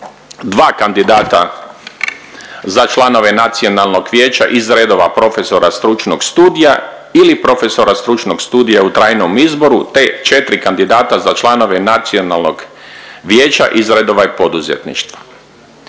2 kandidata za članove nacionalnog vijeća iz redova profesora stručnog studija ili profesora stručnog studija u trajnom izboru te 4 kandidata za članove nacionalnog vijeća iz redova poduzetništva.